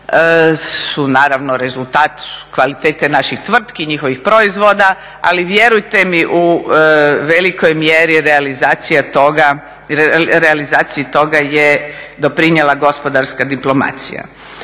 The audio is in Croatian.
su naravno rezultat kvalitete naših tvrtki, njihovih proizvoda, ali vjerujte mi u velikoj mjeri realizaciji toga je doprinijela gospodarska diplomacija.